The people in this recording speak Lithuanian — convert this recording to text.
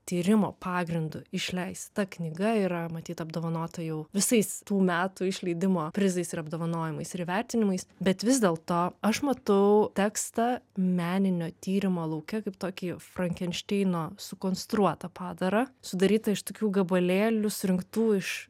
tyrimo pagrindu išleista knyga yra matyt apdovanota jau visais tų metų išleidimo prizais ir apdovanojimais ir įvertinimais bet vis dėlto aš matau tekstą meninio tyrimo lauke kaip tokį frankenšteino sukonstruotą padarą sudarytą iš tokių gabalėlių surinktų iš